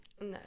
no